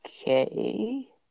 Okay